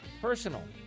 personal